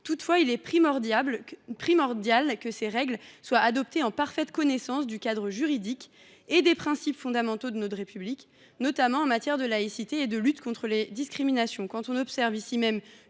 Toutefois, il est primordial que ces règles soient adoptées en parfaite connaissance du cadre juridique et des principes fondamentaux de notre République, notamment en matière de laïcité et de lutte contre les discriminations.